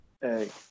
Hey